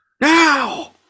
now